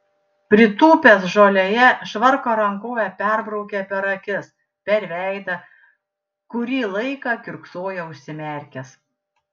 pritūpęs žolėje švarko rankove perbraukė per akis per veidą kurį laiką kiurksojo užsimerkęs